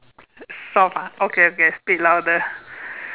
soft okay okay speak louder